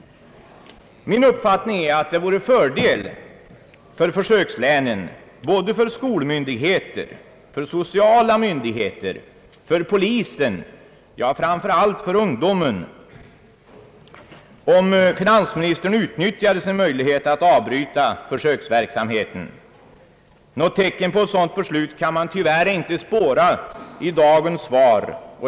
Min uppfattning är att det i försökslänen vore en fördel både för skolmyndigheter, sociala myndigheter, polis och festarrangörer, ja, inte minst för ungdomen, om finansministern utnyttjade sin möjlighet att avbryta försöksverksamheten. Någon antydan om ett sådant beslut kan man tyvärr inte spåra i dagens svar.